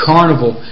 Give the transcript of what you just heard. Carnival